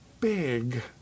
big